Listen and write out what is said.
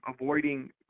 avoiding